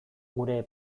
gure